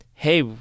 hey